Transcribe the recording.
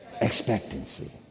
expectancy